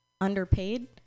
underpaid